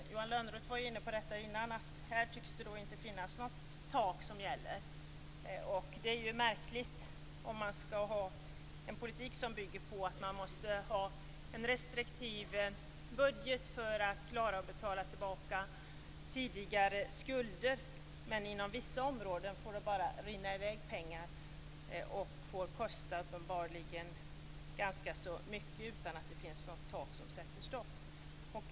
Johan Lönnroth var tidigare inne på att det inte tycks finnas något tak. Det är ju märkligt om det skall vara en politik som bygger på att man måste ha en restriktiv budget för att klara av att betala tillbaka tidigare skulder. Inom vissa områden får det rinna i väg pengar, och det får uppenbarligen kosta ganska mycket utan att något tak sätter stopp.